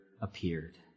appeared